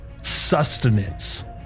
Sustenance